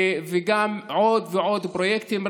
וגם עוד ועוד פרויקטים.